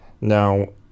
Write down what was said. now